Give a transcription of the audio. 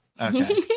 okay